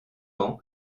ans